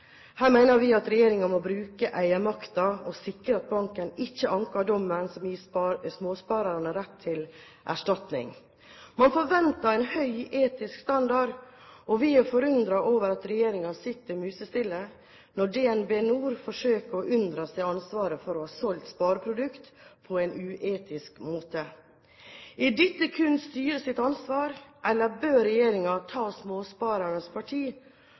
Her mener vi at regjeringen må bruke eiermakten sin og sikre at banken ikke anker dommen som gir småsparerne rett til erstatning. Man forventer en høy etisk standard, og vi er forundret over at regjeringen sitter musestille når DnB NOR forsøker å unndra seg ansvaret for å ha solgt spareprodukter på en uetisk måte. Er dette kun styrets ansvar, eller bør regjeringen ta småsparernes parti